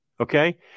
Okay